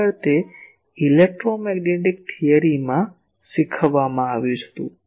ખરેખર તે ઇલેક્ટ્રોમેગ્નેટિક થિયરીમાં શીખવવામાં આવ્યું હતું